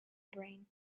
brain